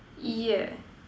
yeah